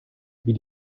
wie